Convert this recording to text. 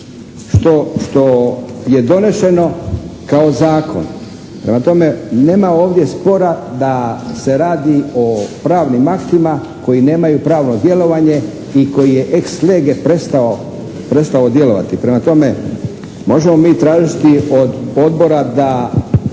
što je donešeno kao zakon. Prema tome nema ovdje spora da se radi o pravnim aktima koji nemaju pravno djelovanje i koji je ex lege prestao djelovati. Prema tome možemo mi tražiti od Odbora da